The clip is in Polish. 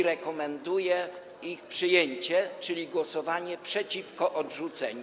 Rekomenduję ich przyjęcie, czyli głosowanie przeciwko odrzuceniu.